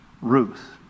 Ruth